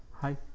Hi